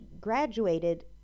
graduated